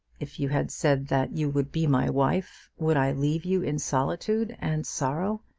if you had said that you would be my wife, would i leave you in solitude and sorrow,